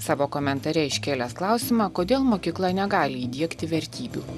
savo komentare iškėlęs klausimą kodėl mokykla negali įdiegti vertybių